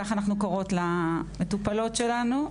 כך אנחנו קוראות למטופלות שלנו,